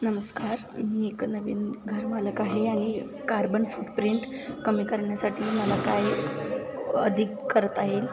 नमस्कार मी एक नवीन घरमालक आहे आणि कार्बन फुटप्रिंट कमी करण्यासाठी मला काय अधिक करता येईल